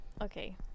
okay